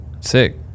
Sick